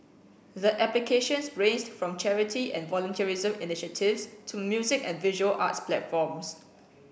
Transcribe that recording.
the applications ranged from charity and volunteerism initiatives to music and visual arts platforms